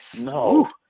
No